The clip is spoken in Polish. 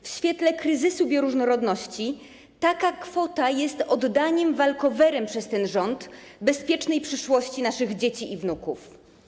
W świetle kryzysu bioróżnorodności taka kwota jest oddaniem walkowerem przez ten rząd bezpiecznej przyszłości naszych dzieci i wnuków.